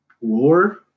war